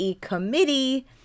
committee